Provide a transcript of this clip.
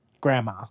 Grandma